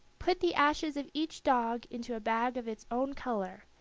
put the ashes of each dog into a bag of its own color,